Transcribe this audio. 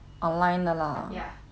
oh okay lah